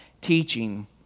teaching